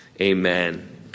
amen